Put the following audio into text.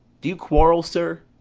do you quarrel, sir?